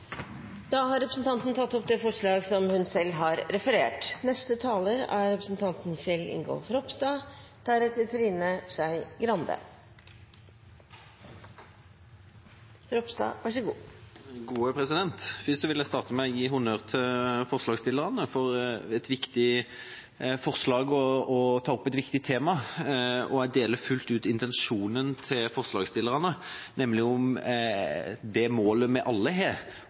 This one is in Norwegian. har representanten Kari Henriksen tatt opp det forslaget hun refererte til. Først vil jeg starte med å gi honnør til forslagsstillerne, for det er et viktig forslag og de tar opp et viktig tema, og jeg deler fullt ut intensjonen til forslagsstillerne når det gjelder det målet vi alle har